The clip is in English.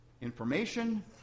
information